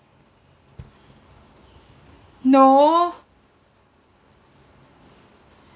no